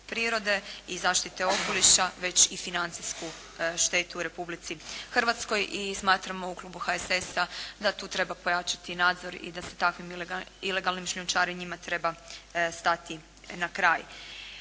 prirode i zaštite okoliša već i financijsku štetu Republici Hrvatskoj i smatramo u Klubu HSS-a da tu treba pojačati nadzor i da se takvim ilegalnim šljunčarenjima treba stati na kraj.